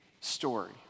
story